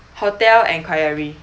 hotel enquiry